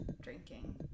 drinking